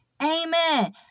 Amen